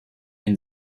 den